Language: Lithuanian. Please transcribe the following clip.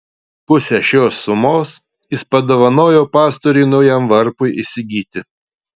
pusę šios sumos jis padovanojo pastoriui naujam varpui įsigyti